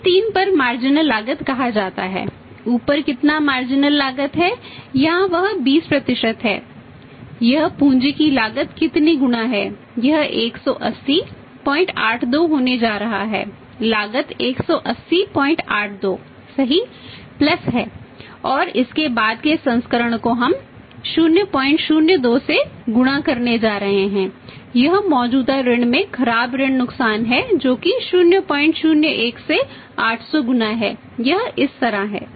इसे 3 पर मार्जिनल है और इसके बाद के संस्करण को हम 002 से गुणा करने जा रहे हैं यह मौजूदा ऋण में खराब ऋण नुकसान है जो कि 001 से 800 गुणा है यह इस तरह है